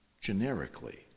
generically